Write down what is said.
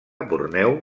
borneo